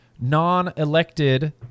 non-elected